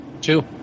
Two